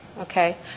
okay